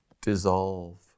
dissolve